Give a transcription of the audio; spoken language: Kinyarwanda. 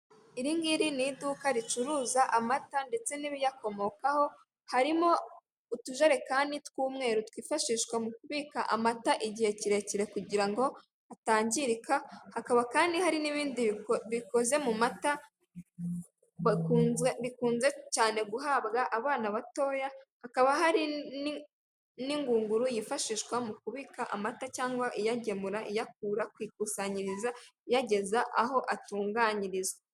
Iringiri ni iduka ricuruza amata ndetse n’ibiyakomokaho. Harimo utujerekani tw’umweru twifashishwa mu kubika amata igihe kirekire kugira ngo atangirika. Hakaba kandi, hari n’ibindi bikoze mu mata bikunze cyane guhabwa abana batoya. Hakaba hari n’ingunguru yifashishwa mu kubika amata cyangwa iyagemura iyakura kukusanyiriza iyageza aho atunganyirizwa.